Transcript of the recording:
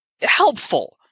helpful